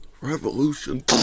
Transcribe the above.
revolution